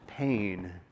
pain